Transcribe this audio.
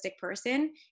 person